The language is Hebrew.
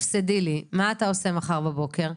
הפסדי לי" מה אתה עושה מחר בבוקר?